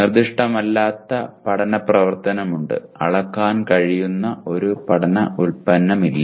നിർദ്ദിഷ്ടമല്ലാത്ത പഠന പ്രവർത്തനമുണ്ട് അളക്കാൻ കഴിയുന്ന ഒരു പഠന ഉൽപ്പന്നമില്ല